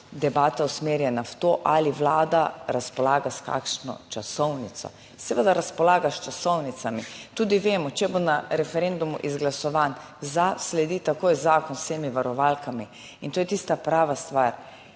debata usmerjena v to, ali Vlada razpolaga s kakšno časovnico. Seveda razpolaga s časovnicami. Tudi vemo, če bo na referendumu izglasovan za. sledi takoj zakon z vsemi varovalkami in to je tista prava stvar.